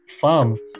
farm